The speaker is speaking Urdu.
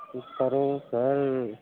کچھ کرو سر